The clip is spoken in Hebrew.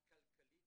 הכלכלית,